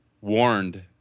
warned